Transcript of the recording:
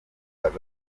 bari